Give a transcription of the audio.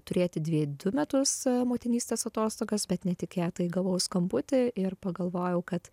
turėti dvi du metus motinystės atostogas bet netikėtai gavau skambutį ir pagalvojau kad